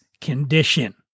condition